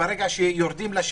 וברגע שיורדים לשטח,